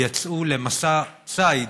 ויצאו למסע ציד